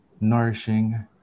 nourishing